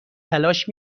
تلاش